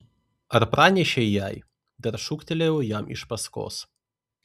ar pranešei jai dar šūktelėjau jam iš paskos